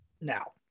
Now